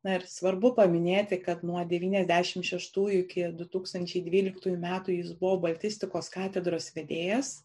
na ir svarbu paminėti kad nuo devyniasdešimt šeštųjų iki du tūkatančiai dvyliktųjų metų jis buvo baltistikos katedros vedėjas